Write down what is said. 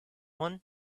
one